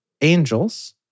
angels